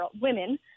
women